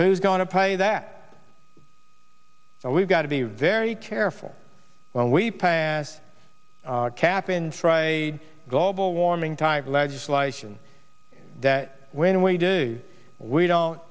who's going to pay that but we've got to be very careful when we pass appen fry global warming type legislation that when we do we don't